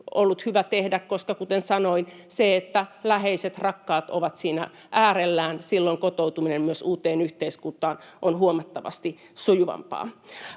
ollut hyvä tehdä, koska kuten sanoin, silloin kun läheiset, rakkaat ovat siinä äärellä, kotoutuminen uuteen yhteiskuntaan on myös huomattavasti sujuvampaa.